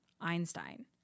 Einstein